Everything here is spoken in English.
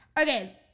Okay